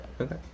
Okay